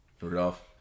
Rudolph